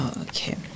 Okay